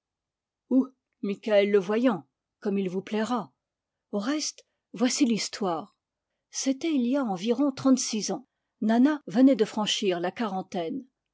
mikaël le voyant comme il vous plaira au reste voici l'histoire c'était il y a environ trente-six ans nanna venait de franchir la quarantaine